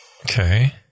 okay